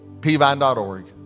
pvine.org